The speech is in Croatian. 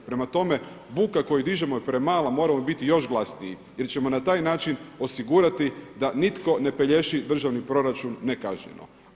Prema tome, buka koju dižemo je premala, moramo biti još glasniji jer ćemo na taj način osigurati da nitko ne pelješi državni proračun nekažnjeno.